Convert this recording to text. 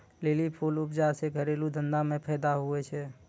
lily फूल उपजा से घरेलू धंधा मे फैदा हुवै छै